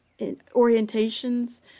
orientations